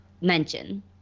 mention